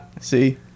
see